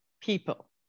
people